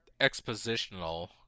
expositional